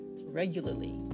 regularly